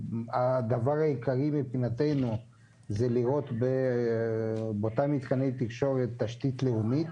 הדבר העיקרי מבחינתנו זה לראות באותם מתקני תקשורת תשתית לאומית